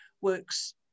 works